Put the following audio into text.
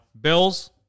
Bills